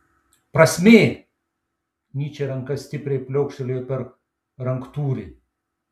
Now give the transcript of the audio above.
prasmė nyčė ranka stipriai pliaukštelėjo per ranktūrį